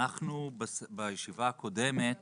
בישיבה הקודמת